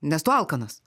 nes tu alkanas